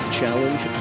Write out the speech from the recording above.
challenge